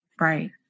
Right